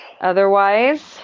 Otherwise